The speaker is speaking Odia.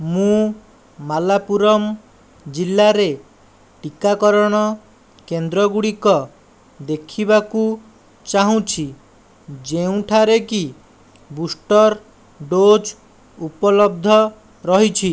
ମୁଁ ମାଲାପୁରମ୍ ଜିଲ୍ଲାରେ ଟିକାକରଣ କେନ୍ଦ୍ରଗୁଡ଼ିକ ଦେଖିବାକୁ ଚାହୁଁଛି ଯେଉଁଠାରେକି ବୁଷ୍ଟର ଡୋଜ୍ ଉପଲବ୍ଧ ରହିଛି